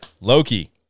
Loki